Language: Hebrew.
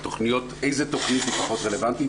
ואיזו תכנית היא פחות רלוונטית,